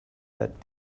that